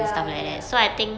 ya ya